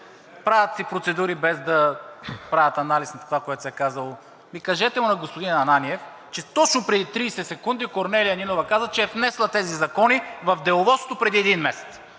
правят си процедури, без да правят анализ на това, което се е казало. Кажете му на господин Ананиев, че точно преди тридесет секунди Корнелия Нинова каза, че е внесла тези закони в Деловодството преди един месец,